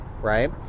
right